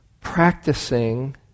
practicing